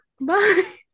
bye